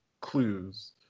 clues